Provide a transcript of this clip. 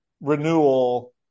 renewal